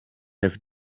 have